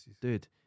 Dude